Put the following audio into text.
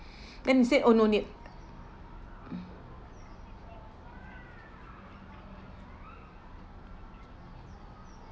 then he said oh no need